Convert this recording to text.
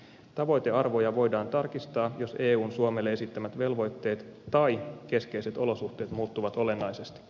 tavoitearvoja voidaan tarkistaa jos eun suomelle esittämät velvoitteet tai keskeiset olosuhteet muuttuvat olennaisesti